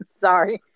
sorry